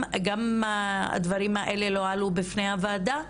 גם הדברים האלה לא עלו בפני הוועדה?